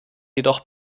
jedoch